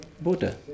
Buddha